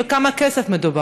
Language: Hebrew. ובכמה כסף מדובר?